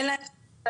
אין להם אשראי.